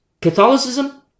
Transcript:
Catholicism